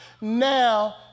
now